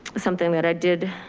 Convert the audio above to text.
something that i did